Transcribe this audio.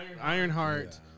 Ironheart